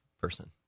person